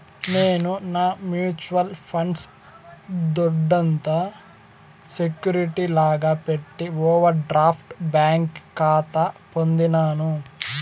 నేను నా mutual funds దొడ్డంత సెక్యూరిటీ లాగా పెట్టి ఓవర్ డ్రాఫ్ట్ బ్యాంకి కాతా పొందినాను